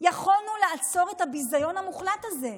יכולנו לעצור את הביזיון המוחלט הזה.